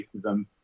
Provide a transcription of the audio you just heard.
racism